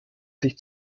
sich